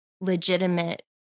legitimate